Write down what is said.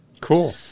Cool